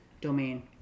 domain